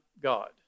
God